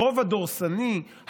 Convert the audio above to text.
הרוב הדורסני,